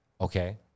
Okay